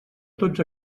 tots